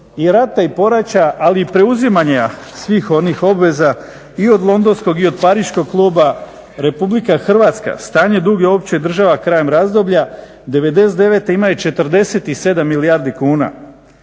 i rata i poreća ali i preuzimanja i svih onih obveza i od Londonskog i od Pariškog kluba RH stanje dug i opće države krajem razdoblja 99-te imaju 47 milijardi kuna.